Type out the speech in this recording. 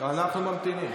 אנחנו ממתינים.